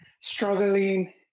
struggling